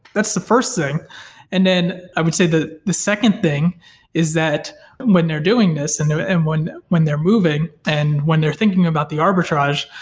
that's the first thing and then i would say the the second thing is that when they're doing this and and when when they're moving and when they're thinking about the arbitrage,